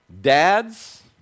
Dads